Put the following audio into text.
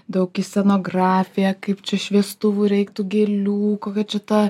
daug į scenografiją kaip čia šviestuvų reiktų gėlių kokia čia ta